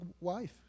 wife